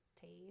taste